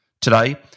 Today